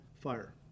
fire